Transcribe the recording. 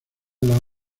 las